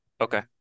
Okay